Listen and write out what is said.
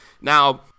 Now